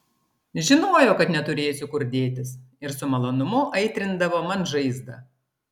žinojo kad neturėsiu kur dėtis ir su malonumu aitrindavo man žaizdą